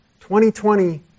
2020